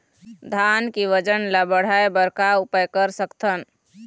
धान के वजन ला बढ़ाएं बर का उपाय कर सकथन?